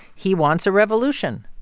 he wants a revolution.